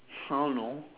I don't know